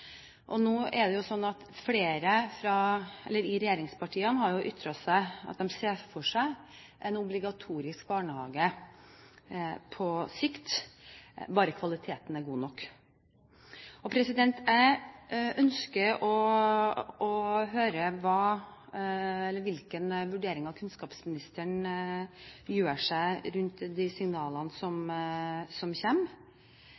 Nå er det sånn at flere i regjeringspartiene har ytret at de ser for seg en obligatorisk barnehage på sikt bare kvaliteten er god nok. Jeg ønsker å høre hvilke vurderinger kunnskapsministeren gjør seg rundt de signalene